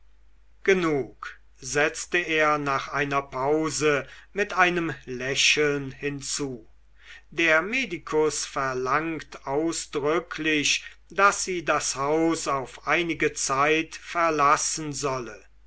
genug setzte er nach einer pause mit einem lächeln hinzu der medikus verlangt ausdrücklich daß sie das haus auf einige zeit verlassen solle